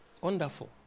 Wonderful